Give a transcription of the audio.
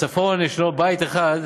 מכיוון שבצפון יש בית אחד,